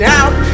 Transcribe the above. out